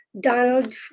Donald